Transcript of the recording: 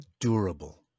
Durable